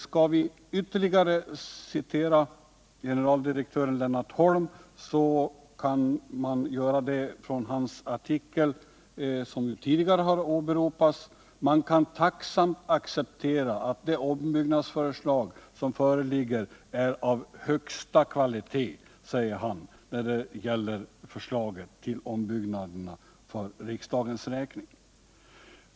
Skall vi ytterligare citera gencraldirektören Lennart Holm, kan vi göra det från hans artikel som tidigare har åberopats. ”Man kan tacksamt acceptera att det ombyggnadsförslag som föreligger är av högsta kvalitet”, säger han om förslaget till ombyggnader för riksdagens räkning.